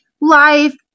life